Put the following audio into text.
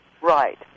Right